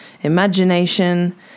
imagination